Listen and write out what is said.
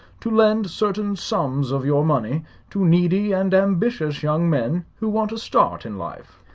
to lend certain sums of your money to needy and ambitious young men who want a start in life.